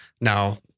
Now